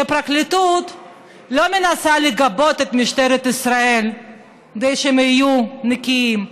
שהפרקליטות לא מנסה לגבות את משטרת ישראל כדי שהם יהיו נקיים,